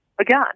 again